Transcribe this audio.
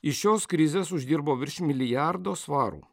iš šios krizės uždirbo virš milijardo svarų